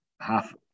Half